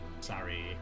Sorry